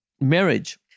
marriage